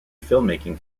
filmmaking